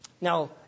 now